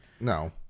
No